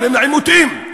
גורם לעימותים.